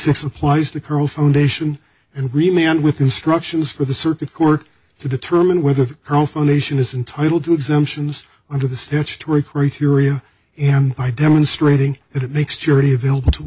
six applies to curl foundation and remain with instructions for the circuit court to determine whether the nation is entitle to exemptions under the statutory criteria and by demonstrating that it makes jury available to